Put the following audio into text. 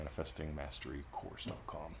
manifestingmasterycourse.com